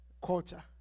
Culture